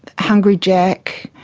hungry jack's,